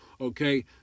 Okay